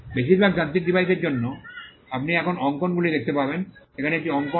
বেশিরভাগ যান্ত্রিক ডিভাইসের জন্য আপনি এখন অঙ্কনগুলি দেখতে পাবেন এখানে একটি অঙ্কন